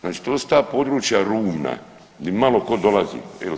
Znači to su ta područja rubna gdje malo tko dolazi.